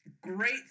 great